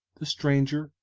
the stranger,